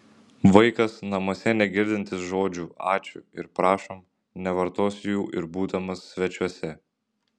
vaikas namuose negirdintis žodžių ačiū ir prašom nevartos jų ir būdamas svečiuose